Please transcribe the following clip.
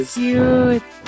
cute